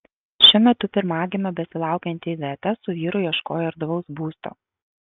šiuo metu pirmagimio besilaukianti iveta su vyru ieškojo erdvaus būsto